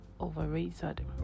overrated